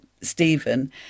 Stephen